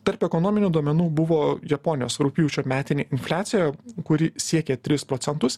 tarp ekonominių duomenų buvo japonijos rugpjūčio metinė infliacija kuri siekė tris procentus